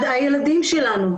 לילדים שלנו,